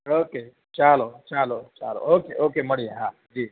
okay ચાલો ચાલો ચાલો ઓકે ઓકે મળીએ હા જી જી